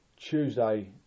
Tuesday